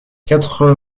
quatre